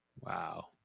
Wow